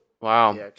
Wow